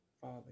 father